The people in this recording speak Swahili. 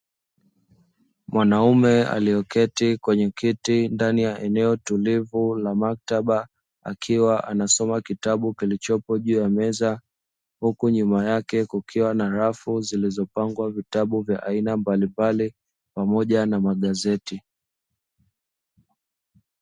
Mwanaume aliyeketi kwenye kiti ndani ya eneo tulivu la maktaba, akiwa anasoma kitabu kilichopo juu ya meza, huku nyuma yake kukiwa na rafu zilizopangwa vitabu mbalimbali pamoja na magazeti.